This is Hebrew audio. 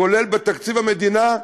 כולל בתקציב המדינה,